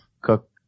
Cook